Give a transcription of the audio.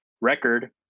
record